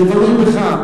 זה תלוי בך.